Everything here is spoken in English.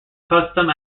custom